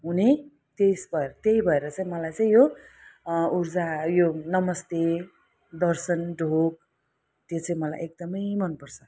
हुने त्यस भएर त्यही भएर चाहिँ मलाई चाहिँ यो ऊर्जा यो नमस्ते दर्शन ढोग त्यो चाहिँ मलाई एकदमै मनपर्छ